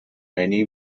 many